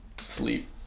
sleep